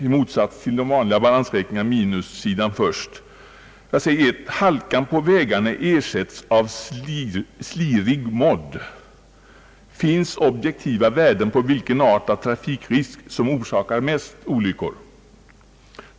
I motsats till vanliga balansräkningar upptas här minussidan först: 1) Halkan på vägarna ersättes av slirig modd. Finns objektiva värden på vilken art av trafikrisk som orsakar mest olyckor?